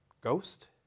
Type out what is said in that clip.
ghost